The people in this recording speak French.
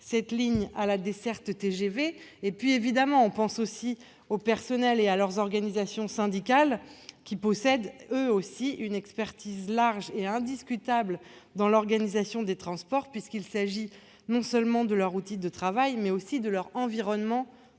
connectée à la desserte TGV. Je pense enfin aux personnels et à leurs organisations syndicales qui possèdent eux aussi une expertise large et indiscutable dans l'organisation des transports : il s'agit non seulement de leur outil de travail, mais aussi de leur environnement.